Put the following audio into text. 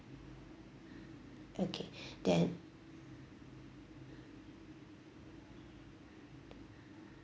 okay then